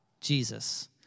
Jesus